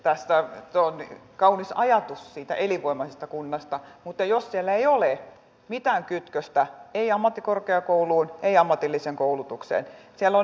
tuo on kaunis ajatus siitä elinvoimaisesta kunnasta mutta entä jos siellä ei ole mitään kytköstä ei ammattikorkeakouluun ei ammatilliseen koulutukseen siellä on ehkä se peruskoulu